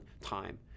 time